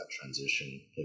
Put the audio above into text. transition